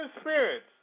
spirits